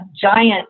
giant